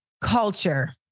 culture